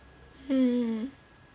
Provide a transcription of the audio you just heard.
hmm